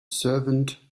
servant